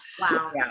Wow